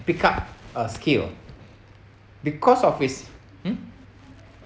pick up a skill because of his